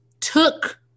took